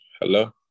hello